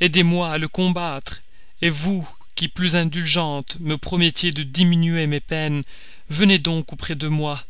aidez-moi à le combattre vous qui plus indulgente me promettiez de diminuer mes peines venez donc auprès de moi